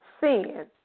sin